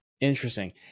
Interesting